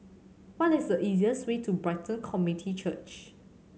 what is the easiest way to Brighton Community Church